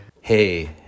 Hey